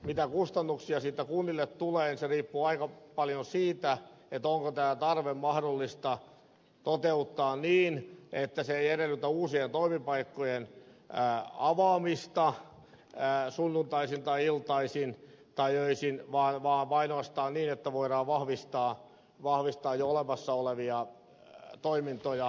mitä kustannuksia siitä kunnille tulee riippuu aika paljon siitä onko tämä tarve mahdollista toteuttaa niin että se ei edellytä uusien toimipaikkojen avaamista sunnuntaisin tai iltaisin tai öisin vaan ainoastaan niin että voidaan vahvistaa jo olemassa olevia toimintoja